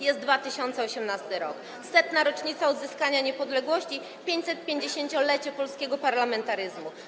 Jest 2018 r., 100. rocznica odzyskania niepodległości, 550-lecie polskiego parlamentaryzmu.